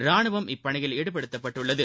ராணுவம் இப்பணியில் ஈடுபடுத்தப்பட்டுள்ளது